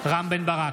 רם בן ברק,